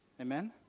Amen